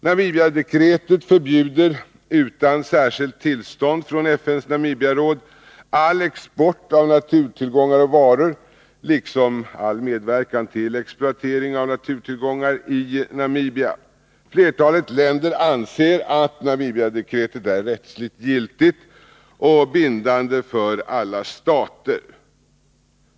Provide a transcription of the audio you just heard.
Namibiadekretet förbjuder — utan särskilt tillstånd från FN:s Namibiaråd — all export av naturtillgångar och varor liksom all medverkan till exploatering av naturtillgångar i Namibia. Flertalet länder anser att Namibiadekretet är rättsligt giltigt och bindande för alla stater.